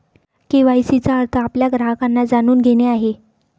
KYC चा अर्थ आपल्या ग्राहकांना जाणून घेणे आहे